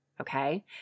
okay